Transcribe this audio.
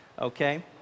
okay